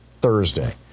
Thursday